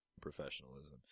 professionalism